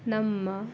ನಮ್ಮ